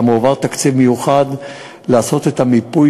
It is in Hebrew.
הועבר תקציב מיוחד לעשות את המיפוי,